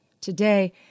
Today